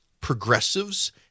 progressives